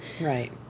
Right